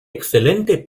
excelente